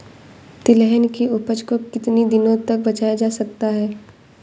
तिलहन की उपज को कितनी दिनों तक बचाया जा सकता है?